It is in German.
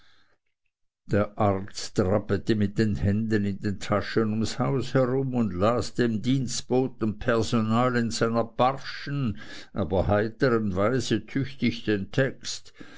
der arzt trappete mit den händen in den taschen ums haus herum und las dem dienstbotenpersonal in seiner barschen aber heitern weise tüchtig den text